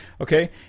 okay